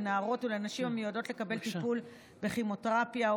לנערות ולנשים המיועדות לקבל טיפול בכימותרפיה או